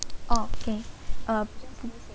okay um